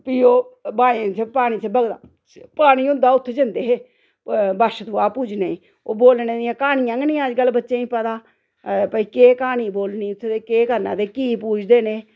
फ्ही ओह् बाई जित्थें पानी बगदा पानी होंदा उत्थें जंदे हे बच्छदुआह् पूजने गी ओह् बोलने गी क्हानियां न अज्जकल बच्चें गी पता भाई केह् क्हानी बोलनी उत्थें ते केह् करना ते की पूजदे न एह्